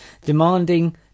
demanding